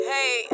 Hey